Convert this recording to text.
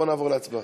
בוא נעבור להצבעה.